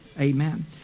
Amen